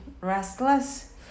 restless